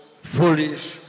foolish